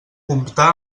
comptar